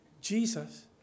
Jesus